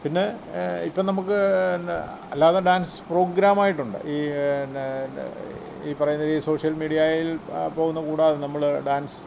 പിന്നെ ഇപ്പോള് നമുക്ക് പിന്നെ അല്ലാതെ ഡാൻസ് പ്രോഗ്രാമായിട്ടുണ്ട് ഈ പിന്നെ ഈ പറയുന്ന ഈ സോഷ്യൽ മീഡിയായിൽ പോകുന്ന കൂടാതെ നമ്മള് ഡാൻസ്